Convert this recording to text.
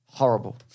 horrible